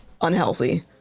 unhealthy